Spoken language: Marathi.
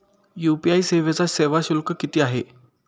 यू.पी.आय सेवेचा सेवा शुल्क किती आहे?